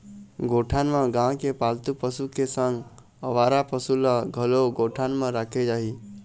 गौठान म गाँव के पालतू पशु के संग अवारा पसु ल घलोक गौठान म राखे जाही